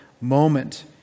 moment